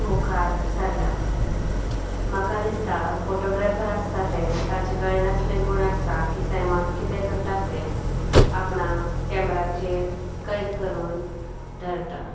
मुखार सरला म्हाका दिसता फोटोग्रॅफर आसता ते तांचे कडेन असलें गूण आसता की सैमांत कितें घडटा तें आपणा कॅमराचेर कैद करून धरता